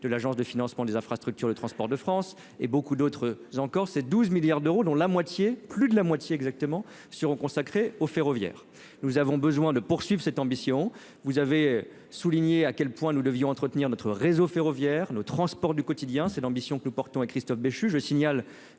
de l'Agence de financement des infrastructures de transport de France et beaucoup d'autres encore, c'est 12 milliards d'euros, dont la moitié plus de la moitié exactement seront consacrés au ferroviaire, nous avons besoin de poursuivre cette ambition, vous avez souligné à quel point nous devions entretenir notre réseau ferroviaire, le transport du quotidien, c'est l'ambition que nous portons à Christophe Béchu,